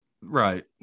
Right